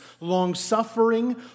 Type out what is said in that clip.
long-suffering